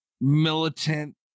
militant